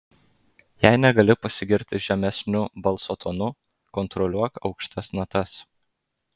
jei negali pasigirti žemesniu balso tonu kontroliuok aukštas natas